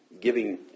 giving